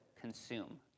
consume